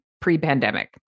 pre-pandemic